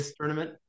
tournament